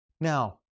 Now